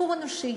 סיפור אנושי